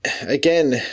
again